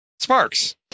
Sparks